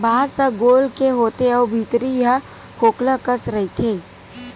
बांस ह गोल के होथे अउ भीतरी ह खोखला कस रहिथे